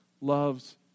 loves